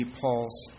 Paul's